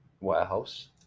Warehouse